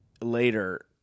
later